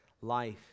life